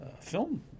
film